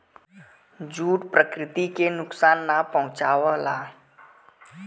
jute प्रकृति के नुकसान ना पहुंचावला